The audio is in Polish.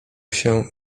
się